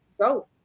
go